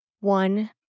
one